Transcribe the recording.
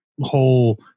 whole